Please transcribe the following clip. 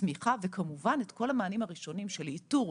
תמיכה וכמובן את כל המענים הראשוניים של איתור,